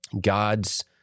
God's